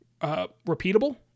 repeatable